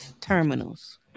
terminals